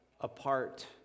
apart